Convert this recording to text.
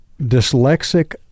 dyslexic